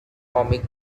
comic